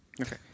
Okay